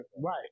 Right